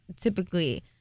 typically